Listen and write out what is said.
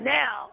now